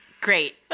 Great